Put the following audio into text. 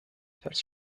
first